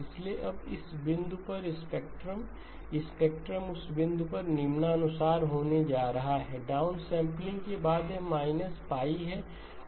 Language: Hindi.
इसलिए अब इस बिंदु पर स्पेक्ट्रम स्पेक्ट्रम उस बिंदु पर निम्नानुसार होने जा रहा है डाउनसैंपलिंग के बाद यह है यह π है और यह 2 है